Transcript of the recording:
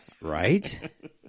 Right